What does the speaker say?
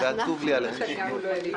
ועצוב לי עליכם.